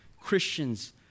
Christians